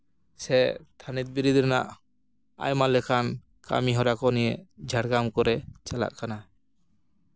ᱥᱮ ᱛᱷᱟᱹᱱᱤᱛ ᱵᱤᱨᱤᱫ ᱨᱮᱱᱟᱜ ᱟᱭᱢᱟ ᱞᱮᱠᱟᱱ ᱠᱟᱹᱢᱤᱦᱚᱨᱟ ᱠᱚ ᱱᱤᱭᱮ ᱡᱷᱟᱲᱜᱨᱟᱢ ᱠᱚᱨᱮᱫ ᱪᱟᱞᱟᱜ ᱠᱟᱱᱟ